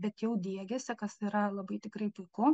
bet jau diegiasi kas yra labai tikrai puiku